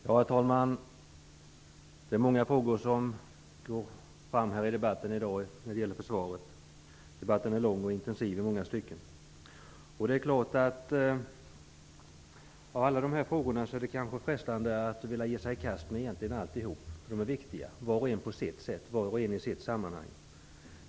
Herr talman! Det är många frågor som tas upp i dag när det gäller försvaret. Debatten är lång och intensiv. Av dessa frågor är det frestande att ge sig i kast med egentligen alla, för de är viktiga var och en på sitt sätt och var och en i sitt sammanhang.